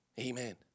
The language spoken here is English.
Amen